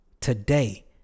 today